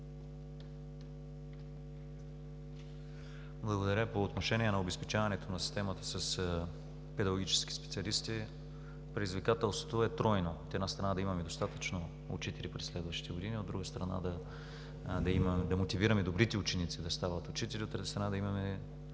Благодаря. По отношение на обезпечаването на системата с педагогически специалисти, предизвикателството е тройно. От една страна, да имаме достатъчно учители през следващите години. От друга страна, да мотивираме добрите ученици да стават учители. От трета страна, да имаме